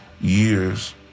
years